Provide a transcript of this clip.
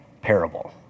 parable